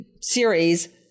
series